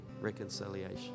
reconciliation